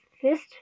fist